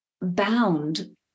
bound